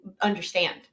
understand